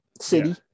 city